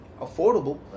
affordable